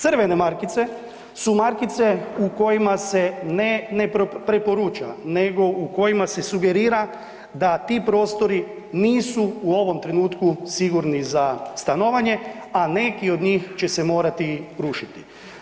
Crvene markice su markice u kojima se ne preporuča nego u kojima se sugerira da ti prostori nisu u ovom trenutku sigurni za stanovanje, a neki od njih će se morati rušiti.